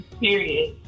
period